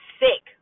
sick